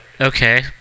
Okay